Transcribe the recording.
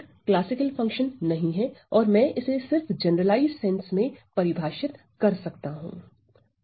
यह एक classical function नहीं है और मैं इसे सिर्फ जनरलाइज्ड सेंस में परिभाषित कर सकता हूं